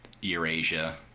Eurasia